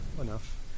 enough